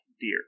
deer